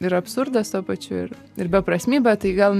ir absurdas tuo pačiu ir ir beprasmybė tai gal